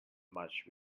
much